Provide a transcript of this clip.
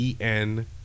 EN